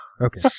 Okay